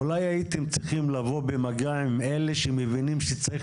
אולי הייתם צריכים לבוא במגע עם אלה שמבינים שצריך